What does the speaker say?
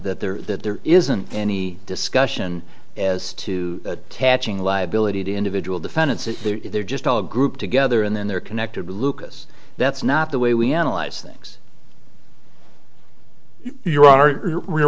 that there that there isn't any discussion as to attach in liability to individual defendants it they're just all grouped together and then they're connected lucas that's not the way we analyze things you are